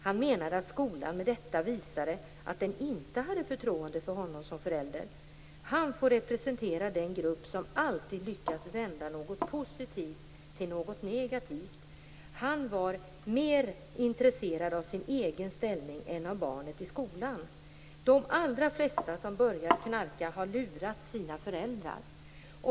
Han menade att skolan med detta visade att den inte hade förtroende för honom som förälder. Han får representera den grupp som alltid lyckas vända något positivt till något negativt. Han var mera intresserad av sin egen ställning än av barnen i skolan. De allra flesta som börjat knarka har lurat sina föräldrar -".